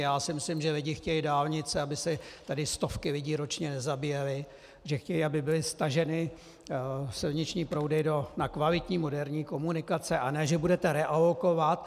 Já si myslím, že lidé chtějí dálnice, aby se tady stovky lidí ročně nezabíjely, že chtějí, aby byly staženy silniční proudy na kvalitní moderní komunikace, a ne že budete realokovat.